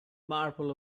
marble